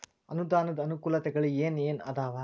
ಅನುದಾನದ್ ಅನಾನುಕೂಲತೆಗಳು ಏನ ಏನ್ ಅದಾವ?